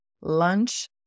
lunch